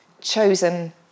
chosen